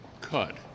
cut